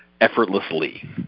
effortlessly